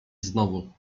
znowu